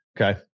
Okay